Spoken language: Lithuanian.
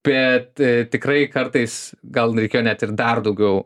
bet tikrai kartais gal reikėjo net ir dar daugiau